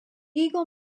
eagle